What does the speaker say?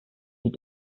die